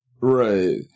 Right